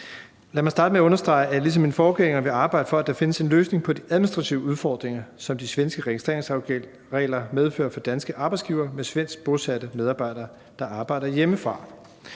Lad mig starte med at understrege, at jeg ligesom min forgænger vil arbejde for, at der findes en løsning på de administrative udfordringer, som de svenske registreringsregler medfører for danske arbejdsgivere med medarbejdere bosat i Sverige, der arbejder hjemmefra.